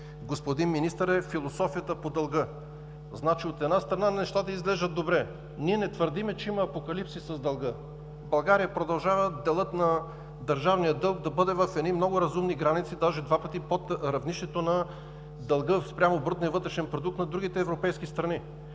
господин Министър, е философията по дълга. От една страна, нещата изглеждат добре. Ние не твърдим, че има апокалипсис с дълга. В България държавният дълг продължава да бъде в едни много разумни граници, даже два пъти под равнището на дълга спрямо брутния вътрешен продукт на другите европейски страни.